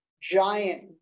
giant